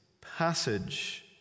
passage